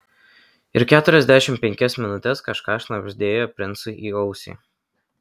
ir keturiasdešimt penkias minutes kažką šnabždėjo princui į ausį